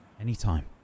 Anytime